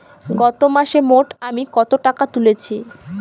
গত মাসে মোট আমি কত টাকা তুলেছি?